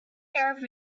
caravan